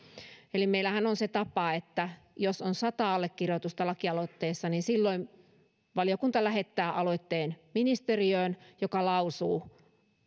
eli meillähän on se tapa että jos on sata allekirjoitusta lakialoitteessa niin silloin valiokunta lähettää aloitteen ministeriöön joka lausuu